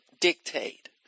dictate